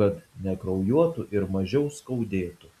kad nekraujuotų ir mažiau skaudėtų